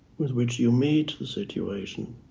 with which you meet the situation.